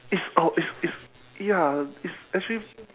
it's a it's it's ya it's actually